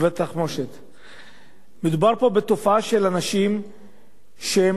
מדובר פה בתופעה של אנשים שבקיצוניות שלהם,